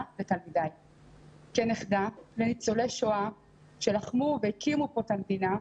לתלמידיי כנכדה לניצולי שואה שלחמו והקימו פה את המדינה,